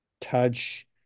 touch